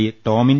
D Tomin